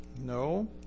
No